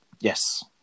Yes